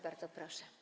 Bardzo proszę.